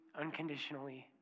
unconditionally